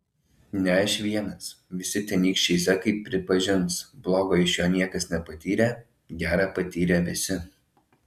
ne aš vienas visi tenykščiai zekai pripažins blogo iš jo niekas nepatyrė gera patyrė visi